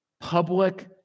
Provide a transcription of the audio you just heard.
public